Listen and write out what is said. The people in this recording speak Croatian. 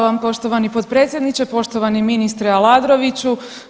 Hvala vam poštovani potpredsjedniče, poštovani ministre Aladroviću.